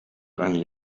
only